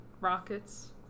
rockets